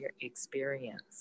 experience